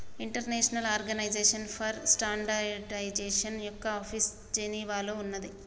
international organisation for standardisation యొక్క office జెనీవాలో ఉన్నాది